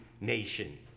Nation